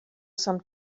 some